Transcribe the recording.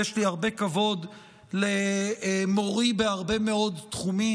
יש לי הרבה כבוד למורי בהרבה מאוד תחומים